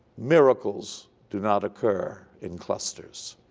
miracles do not occur in clusters.